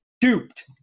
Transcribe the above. duped